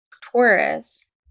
Taurus